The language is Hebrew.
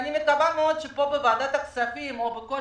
ואני מקווה מאוד שפה בוועדת הכספים או בכל